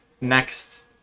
next